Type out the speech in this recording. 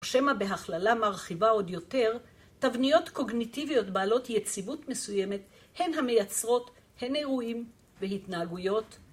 שמא בהכללה מרחיבה עוד יותר תבניות קוגניטיביות בעלות יציבות מסוימת הן המייצרות הן אירועים והתנהגויות